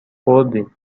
خوردیم